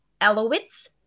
Elowitz